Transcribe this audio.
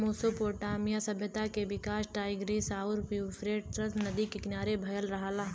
Mesopotamia सभ्यता के विकास टाईग्रीस आउर यूफ्रेटस नदी के किनारे भयल रहल